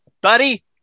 buddy